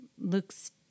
looks